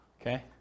Okay